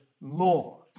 more